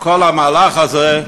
בכל המהלך הזה,